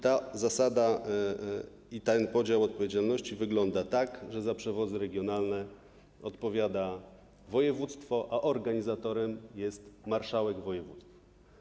Ta zasada, ten podział odpowiedzialności wygląda tak, że za przewozy regionalne odpowiada województwo, a organizatorem jest marszałek województwa.